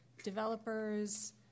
developers